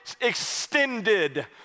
extended